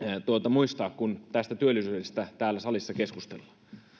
muistaa kun tästä työllisyydestä täällä salissa keskustellaan